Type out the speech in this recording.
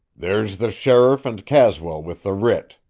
there's the sheriff and caswell with the writ.